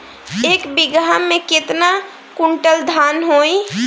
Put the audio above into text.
एक बीगहा में केतना कुंटल धान होई?